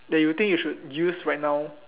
that you think you should use right now